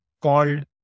called